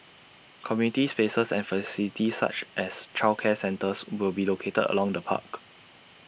community spaces and facilities such as childcare centres will be located along the park